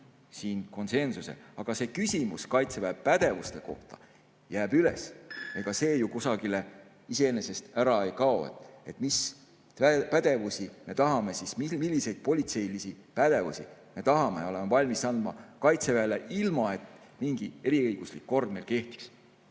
siin konsensuse. Aga see küsimus Kaitseväe pädevuste kohta jääb üles, ega see ju kusagile iseenesest ära ei kao. Mis pädevusi me tahame, milliseid politseilisi pädevusi me tahame ja oleme valmis andma Kaitseväele ilma, et mingi eriõiguslik kord meil kehtiks?